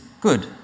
good